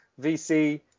VC